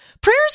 prayers